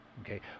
okay